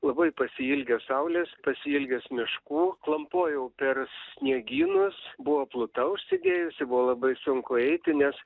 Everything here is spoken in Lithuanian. labai pasiilgęs saulės pasiilgęs miškų klampojau per sniegynus buvo pluta užsidėjusi buvo labai sunku eiti nes